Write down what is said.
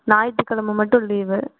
ஞாயித்து கிழம மட்டும் லீவு